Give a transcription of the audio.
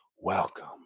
welcome